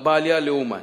בעלייה לאומן.